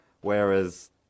Whereas